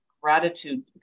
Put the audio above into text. gratitude